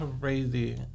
crazy